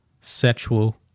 sexual